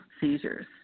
seizures